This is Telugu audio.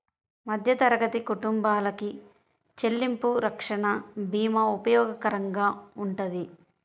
మధ్యతరగతి కుటుంబాలకి చెల్లింపు రక్షణ భీమా ఉపయోగకరంగా వుంటది